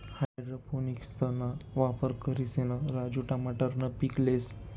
हाइड्रोपोनिक्सना वापर करिसन राजू टमाटरनं पीक लेस